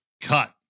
cut